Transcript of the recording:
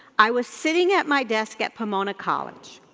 i was sitting at my desk at pomona college,